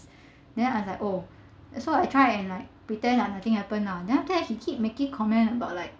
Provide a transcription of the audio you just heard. then I like oh that's why I try and like pretend like nothing happened lah then after that he keep making comment about like